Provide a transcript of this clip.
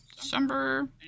December